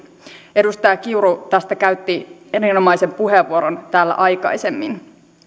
edustaja kiuru tästä käytti erinomaisen puheenvuoron täällä aikaisemmin